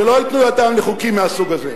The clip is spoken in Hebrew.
שלא ייתנו ידם לחוקים מהסוג הזה.